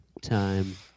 time